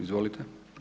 Izvolite.